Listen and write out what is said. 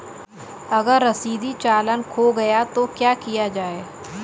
अगर रसीदी चालान खो गया तो क्या किया जाए?